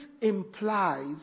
implies